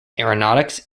aeronautics